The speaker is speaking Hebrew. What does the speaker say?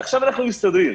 עכשיו אנחנו מסתדרים,